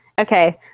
Okay